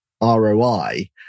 ROI